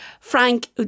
Frank